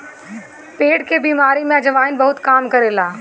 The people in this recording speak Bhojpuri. पेट के बेमारी में अजवाईन बहुते काम करेला